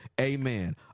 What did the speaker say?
Amen